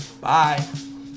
bye